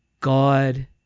God